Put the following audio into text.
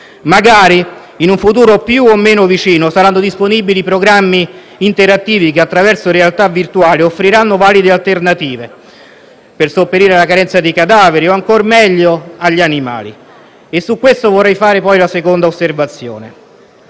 Magari, in un futuro più o meno vicino, saranno disponibili programmi interattivi, che, attraverso la realtà virtuale, offriranno valide alternative per sopperire alla carenza di cadaveri o, ancor meglio, alternative all'uso di animali. È su questo aspetto che vorrei fare la mia seconda osservazione.